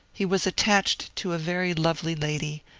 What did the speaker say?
he was attached to a very lovely lady.